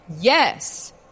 yes